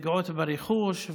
והפגיעות ברכוש,